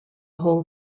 whole